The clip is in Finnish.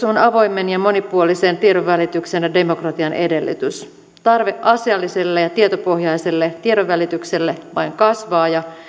on avoimen ja monipuolisen tiedonvälityksen ja demokratian edellytys tarve asialliselle ja tietopohjaiselle tiedonvälitykselle vain kasvaa ja